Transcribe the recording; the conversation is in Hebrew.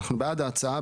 אנחנו בעד ההצעה,